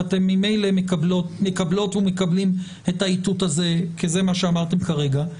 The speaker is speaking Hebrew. ואתם ממילא מקבלים ומקבלות את האיתות הזה כי זה מה שאמרתם כרגע,